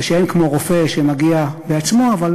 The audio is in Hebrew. אין כמו רופא שמגיע בעצמו, אבל